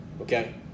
Okay